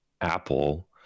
Apple